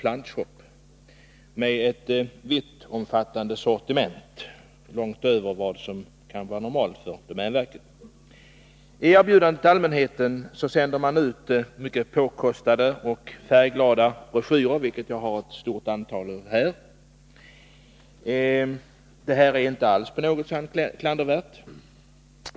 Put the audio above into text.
plantshoppar, som har ett mycket stort sortiment, långt större än vad som kan anses vara normalt med tanke på att verksamheten bedrivs i domänverkets regi. I erbjudanden till allmänheten sänder man ut mycket påkostade och färgglada broschyrer — jag har här ett antal sådana. Detta är i och för sig inte klandervärt på något sätt.